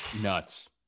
nuts